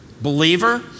Believer